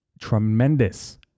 tremendous